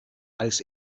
als